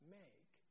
make